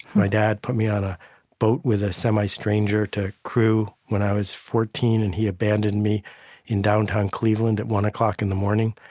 my dad put me on a boat with a semi-stranger to crew when i was fourteen. and he abandoned me in downtown cleveland at one zero like in the morning.